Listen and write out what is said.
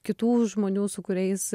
kitų žmonių su kuriais